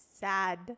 Sad